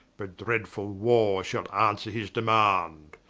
but dreadfull warre shall answer his demand.